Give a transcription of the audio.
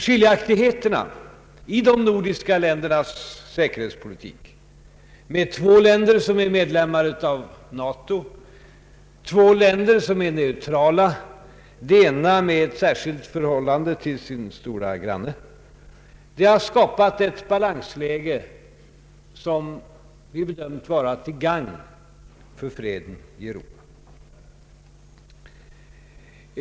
Skiljaktigheterna i de nordiska ländernas «säkerhetspolitik med två länder som är medlemmar av Nato och två länder som är neutrala — det ena med särskilt förhållande till sin store granne — har skapat ett balansläge, som vi bedömt vara till gagn för freden i Europa.